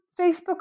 Facebook